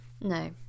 No